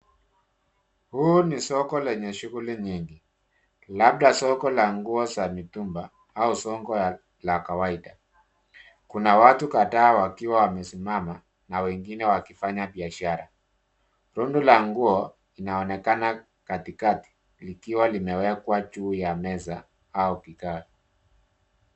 Huu ni soko lenye shughuli nyingi. Labda soko la nguo za mitumba au soko la kawaida. Kuna watu kadhaa wakiwa wamesimama na wengine wakifanya biashara. Rundu la nguo linaonekana katikati likiwa limewekwa juu ya meza au kikao.